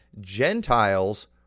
Gentiles